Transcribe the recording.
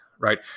right